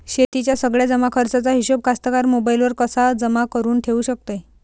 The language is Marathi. शेतीच्या सगळ्या जमाखर्चाचा हिशोब कास्तकार मोबाईलवर कसा जमा करुन ठेऊ शकते?